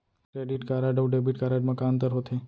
Credit card अऊ debit card मा का अंतर होथे?